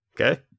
okay